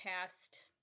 past